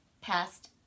past